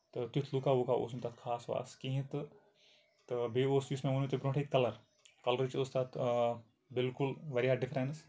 تہٕ تیُٚتھ لُکہ وُکہ اوس نہٕ تَتھ خاص واص کِہیٖنۍ تہٕ تہٕ بیٚیہِ اوس یُس مےٚ ووٚنوٗ تۄہِہ برونٛٹھٕے کَلَر کَلرٕچ ٲس تَتھ بِالکُل واریاہ ڈِفرَیٚنٕس